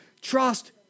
Trust